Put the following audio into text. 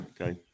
Okay